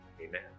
Amen